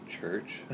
church